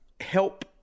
help